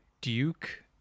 duke